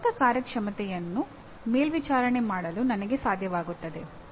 ನನ್ನ ಸ್ವಂತ ಕಾರ್ಯಕ್ಷಮತೆಯನ್ನು ಮೇಲ್ವಿಚಾರಣೆ ಮಾಡಲು ನನಗೆ ಸಾಧ್ಯವಾಗುತ್ತದೆ